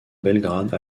belgrade